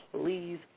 please